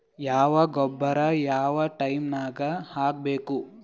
ಯಾವ ಗೊಬ್ಬರ ಯಾವ ಟೈಮ್ ನಾಗ ಹಾಕಬೇಕು?